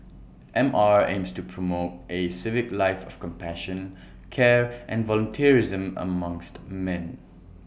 M R aims to promote A civic life of compassion care and volunteerism amongst man